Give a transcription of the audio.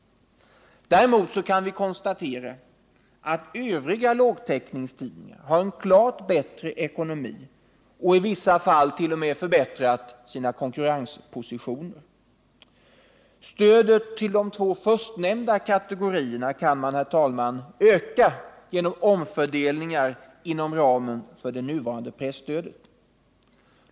Däremot kan vi konstatera att övriga lågtäckningstidningar har en klart bättre ekonomi, och i vissa fall har de t.o.m. förbättrat sina konkurrenspositioner. Stödet till de två förstnämnda kategorierna kan man, herr talman, öka genom omfördelningar inom ramen för det nuvarande presstödet.